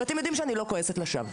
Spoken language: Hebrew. ואתם יודעים שאני לא כועסת לשווא.